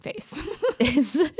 face